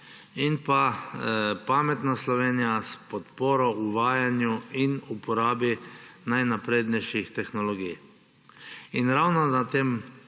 ter pametna Slovenija s podporo uvajanju in uporabi najnaprednejših tehnologij.